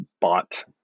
bought